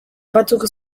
batzuk